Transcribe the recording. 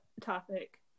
topic